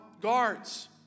guards